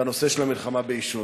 בנושא המלחמה בעישון.